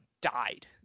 died